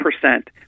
percent